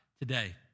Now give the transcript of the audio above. today